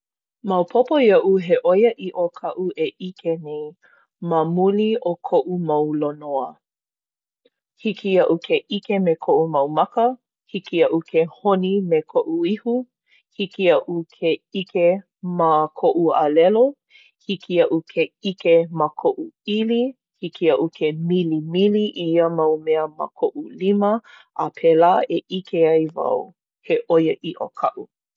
Maopopo iaʻu, he ʻoiaʻiʻo kaʻu e ʻike nei ma muli o koʻu mau lonoa. Hiki iaʻu ke ʻike me koʻu mau maka. Hiki iaʻu ke honi me koʻu ihu. Hiki iaʻu ke ʻike ma koʻu alelo. Hiki iaʻu ke ʻike ma koʻu ʻili. Hiki iaʻu ke milimili i ia mau mea ma koʻu lima. A pēlā e ʻike ai wau he ʻoiaʻiʻo kaʻu.